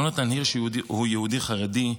יונתן הירש הוא יהודי חרדי,